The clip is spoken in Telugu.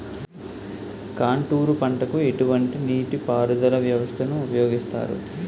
కాంటూరు పంటకు ఎటువంటి నీటిపారుదల వ్యవస్థను ఉపయోగిస్తారు?